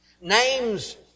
Names